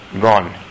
gone